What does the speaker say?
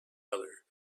other